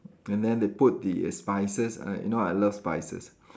and then they put the spices uh you know I love spices